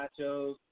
nachos